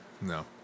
No